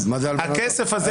אז מה זה הלבנת הון?